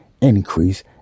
increase